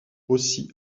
aussi